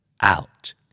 Out